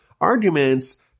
arguments